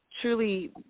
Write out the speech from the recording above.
truly